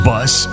Bus